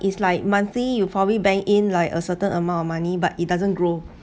is like monthly you probably bank in like a certain amount of money but it doesn't grow